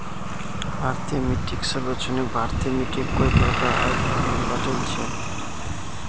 भारतीय मिट्टीक सर्वेक्षणत भारतेर मिट्टिक कई प्रकार आर भागत बांटील छे